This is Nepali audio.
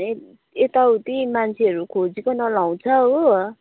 यत यताउति मान्छेहरू खोजिकन लगाउँछ हो